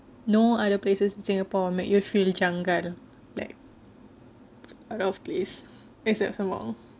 no other places in singapore make you feel janggal like out of place except sembawang